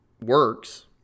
works